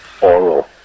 oral